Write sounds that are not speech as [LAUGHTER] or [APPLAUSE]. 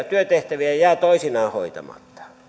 [UNINTELLIGIBLE] työtehtäviä jää toisinaan hoitamatta